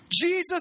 Jesus